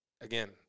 again